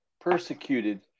persecuted